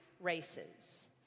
races